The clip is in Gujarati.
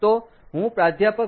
તો હું પ્રાધ્યાપક પી